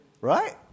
Right